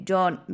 John